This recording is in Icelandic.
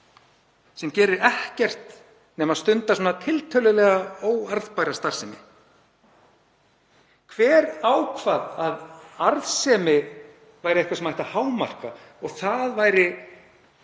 sem gerði ekkert nema að stunda svona tiltölulega óarðbæra starfsemi. Hver ákvað að arðsemi væri eitthvað sem ætti að hámarka og það væri